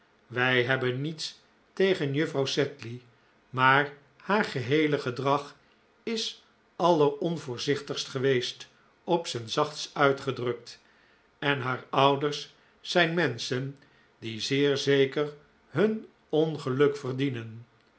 wij hebben niets tegen juffrouw sedley maar haar geheele gedrag is alleronvoorzichtigst geweest op zijn zachtst uitgedrukt en haar ouders zijn menschen die zeer zeker hun ongejuk verdienen